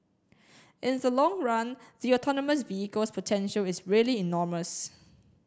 in the long run the autonomous vehicles potential is really enormous